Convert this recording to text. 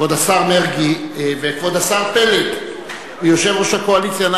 כבוד השר מרגי וכבוד השר פלד ויושב-ראש הקואליציה,